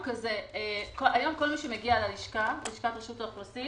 היום כל מי שמגיע ללשכת רשות האוכלוסין